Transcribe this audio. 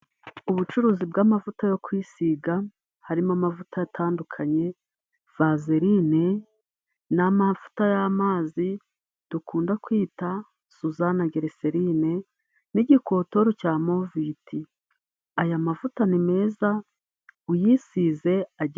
Ubucuruzi bw'amavuta yo kwisiga harimo amavuta atandukanye: vazerine, n'amavuta y'amazi dukunda kwita suzana gereserine n'igikotoro cya moviti. Aya mavuta ni meza uyisize agira...